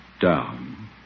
down